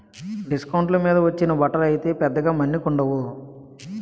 డిస్కౌంట్ల మీద వచ్చిన బట్టలు అయితే పెద్దగా మన్నికుండవు